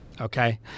Okay